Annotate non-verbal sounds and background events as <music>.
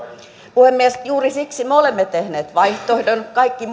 puhemies juuri siksi me olemme tehneet vaihtoehdon kaikki <unintelligible>